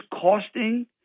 costing